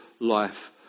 life